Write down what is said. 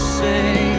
say